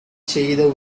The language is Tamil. செய்த